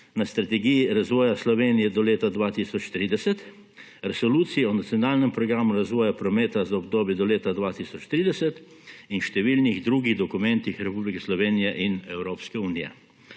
na Strategiji razvoja Slovenije do leta 2030, Resoluciji o nacionalnem programu razvoja prometa za obdobje do leta 2030 in številnih drugih dokumentih Republike Slovenije in Evropske unije.